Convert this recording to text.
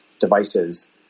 devices